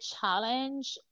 challenge